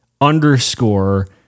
underscore